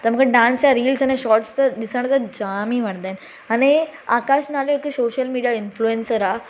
त मूंखे डांस या रील्स अने शॉट्स त ॾिसण त जाम ई वणंदा आहिनि अने आकाश नाले जो हिक शोशल मिडिया जो इंफ्लुएंसर आहे